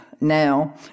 now